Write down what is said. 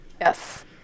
Yes